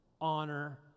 honor